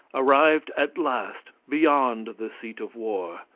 arrived at last beyond the seat of war,